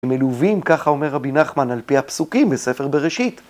מלווים, ככה אומר רבי נחמן על פי הפסוקים בספר בראשית.